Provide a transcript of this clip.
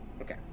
Okay